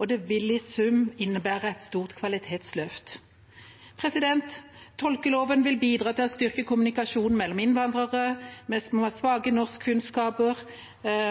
og det vil i sum innebære et stort kvalitetsløft. Tolkeloven vil bidra til å styrke kommunikasjonen mellom innvandrere som har svake norskkunnskaper,